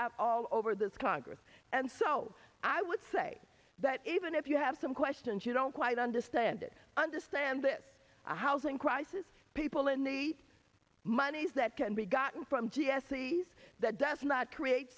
out all over this congress and so i would say that even if you have some questions you don't quite understand it understand that a housing crisis people in need monies that can be gotten from g s e's that does not create